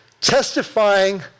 testifying